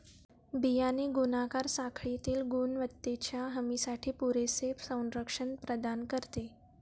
बियाणे गुणाकार साखळीतील गुणवत्तेच्या हमीसाठी पुरेसे संरक्षण प्रदान करते